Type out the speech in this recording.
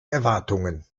erwartungen